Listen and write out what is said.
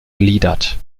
gliedert